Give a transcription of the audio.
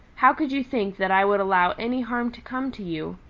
how could you think that i would allow any harm to come to you?